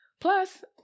Plus